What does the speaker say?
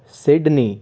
Sydney